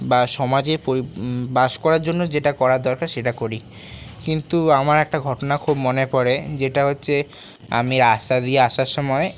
বা সমাজে বাস করার জন্য যেটা করার দরকার সেটা করি কিন্তু আমার একটা ঘটনা খুব মনে পড়ে যেটা হচ্ছে আমি রাস্তা দিয়ে আসার সময়